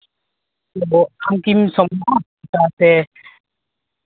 ᱟᱫᱚ ᱟᱢᱠᱤᱢ ᱥᱚᱢᱚᱭᱚᱜᱼᱟ ᱥᱟᱶᱛᱮ